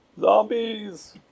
zombies